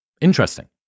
Interesting